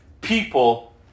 people